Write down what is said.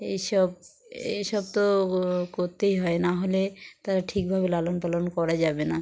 এইসব এইসব তো করতেই হয় নাহলে তারা ঠিকভাবে লালন পালন করা যাবে না